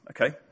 okay